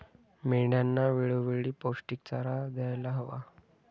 मेंढ्यांना वेळोवेळी पौष्टिक चारा द्यायला हवा